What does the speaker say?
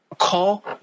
Call